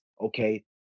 okay